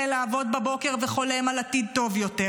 לעבוד בבוקר וחולם על עתיד טוב יותר.